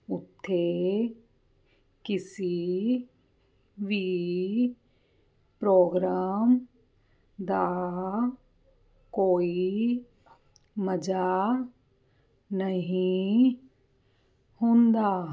ਉੱਥੇ ਕਿਸੀ ਵੀ ਪ੍ਰੋਗਰਾਮ ਦਾ ਕੋਈ ਮਜ਼ਾ ਨਹੀਂ ਹੁੰਦਾ